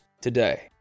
today